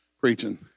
preaching